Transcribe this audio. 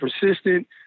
persistent